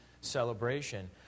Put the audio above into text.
celebration